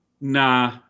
Nah